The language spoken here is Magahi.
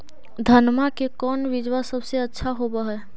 धनमा के कौन बिजबा सबसे अच्छा होव है?